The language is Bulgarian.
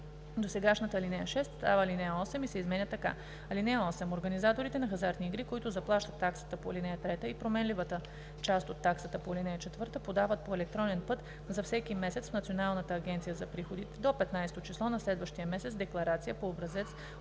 Досегашната ал. 6 става ал. 8 и се изменя така: „(8) Организаторите на хазартни игри, които заплащат таксата по ал. 3 и променливата част от таксата по ал. 4, подават по електронен път за всеки месец в Националната агенция за приходите до 15-о число на следващия месец декларация по образец,